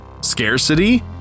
scarcity